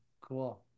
cool